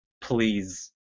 Please